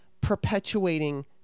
perpetuating